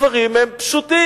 הדברים הם פשוטים.